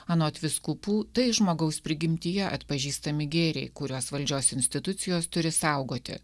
anot vyskupų tai žmogaus prigimtyje atpažįstami gėriai kuriuos valdžios institucijos turi saugoti